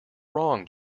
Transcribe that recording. wrong